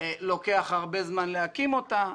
לוקח הרבה זמן להקים אותה.